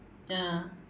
ya